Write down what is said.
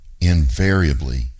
invariably